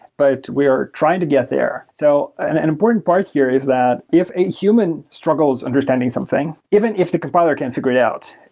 but we are trying to get there. so an important part here is that if a human struggles understanding something, even if the compiler can figure it out,